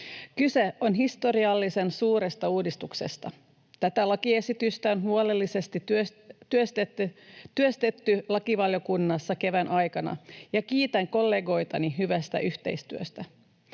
Kyse on historiallisen suuresta uudistuksesta. Tätä lakiesitystä on huolellisesti työstetty lakivaliokunnassa kevään aikana, ja kiitän kollegoitani hyvästä yhteistyöstä.